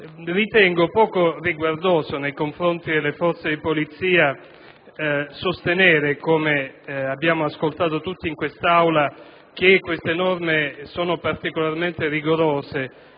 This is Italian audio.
ritengo poco riguardoso nei confronti delle forze di polizia sostenere, come abbiamo ascoltato in quest'Aula, che tali norme sono particolarmente rigorose